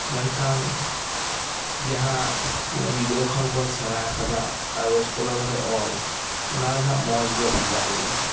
ᱢᱮᱱᱠᱷᱟᱱ ᱡᱟᱦᱟᱸ ᱦᱟᱱᱮ ᱜᱤᱫᱽᱨᱟᱹ ᱠᱷᱚᱱ ᱵᱚᱱ ᱥᱮᱬᱟ ᱟᱠᱟᱫᱟ ᱠᱟᱜᱚᱡᱽ ᱠᱚᱞᱚᱢ ᱨᱮ ᱚᱞ ᱚᱱᱟ ᱨᱮᱱᱟᱜ ᱢᱚᱡᱽ ᱫᱚ ᱵᱷᱮᱜᱟᱨ ᱜᱮᱭᱟ